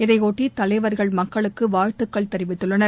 இதையொட்டி தலைவர்கள் மக்களுக்கு வாழ்த்துக்கள் தெரிவித்துள்ளனர்